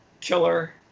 killer